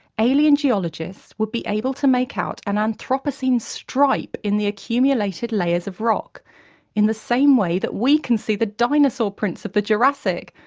alien geologists would be able to make out an anthropocene stripe in the accumulated layers of rock in the same way that we can see the dinosaur prints of the jurassic,